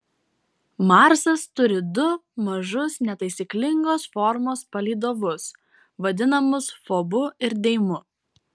marsas turi du mažus netaisyklingos formos palydovus vadinamus fobu ir deimu